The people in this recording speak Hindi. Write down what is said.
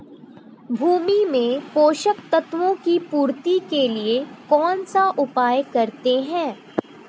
भूमि में पोषक तत्वों की पूर्ति के लिए कौनसा उपाय करते हैं?